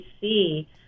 see